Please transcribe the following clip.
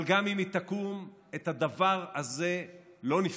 גם אם היא תקום, את הדבר הזה לא נפתור.